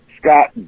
Scott